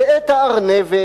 "ואת הארנבת